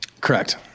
Correct